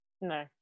No